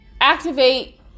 activate